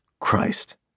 Christ